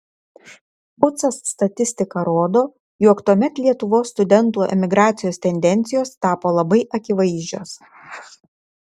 ucas statistika rodo jog tuomet lietuvos studentų emigracijos tendencijos tapo labai akivaizdžios